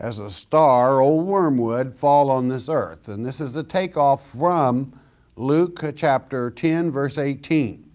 as a star, old wormwood fall on this earth, and this is a takeoff from luke chapter ten verse eighteen,